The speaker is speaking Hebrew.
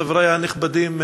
חברי הנכבדים,